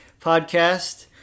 podcast